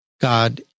God